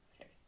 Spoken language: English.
Okay